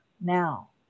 now